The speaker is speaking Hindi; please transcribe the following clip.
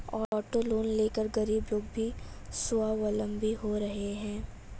ऑटो लोन लेकर गरीब लोग भी स्वावलम्बी हो रहे हैं